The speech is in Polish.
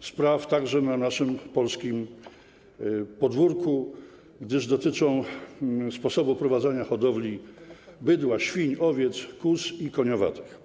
spraw także na naszym polskim podwórku, gdyż dotyczą sposobu prowadzenia hodowli bydła, świń, owiec, kóz i koniowatych.